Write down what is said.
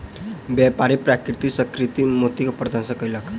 व्यापारी प्राकृतिक आ कृतिम मोती के प्रदर्शन कयलक